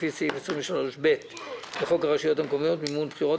לפי סעיף 23(ב) לחוק הרשויות המקומיות (מימון בחירות),